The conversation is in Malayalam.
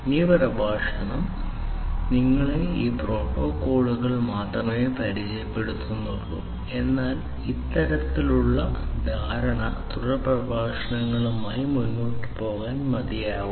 ഈ പ്രഭാഷണം നിങ്ങളെ ഈ പ്രോട്ടോക്കോളുകൾ മാത്രമേ പരിചയപ്പെടുത്തുന്നുള്ളൂ എന്നാൽ ഈ തരത്തിലുള്ള ധാരണ തുടർ പ്രഭാഷണങ്ങളുമായി മുന്നോട്ട് പോകാൻ മതിയാകും